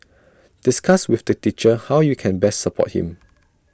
discuss with the teacher how you can best support him